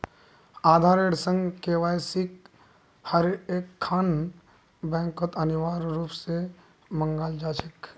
आधारेर संग केवाईसिक हर एकखन बैंकत अनिवार्य रूप स मांगाल जा छेक